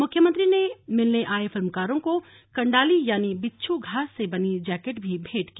मुख्यमंत्री ने मिलने आए फिल्मकारों को कण्डाली यानि बिच्छु घास से बनी जैकेट भी भेंट की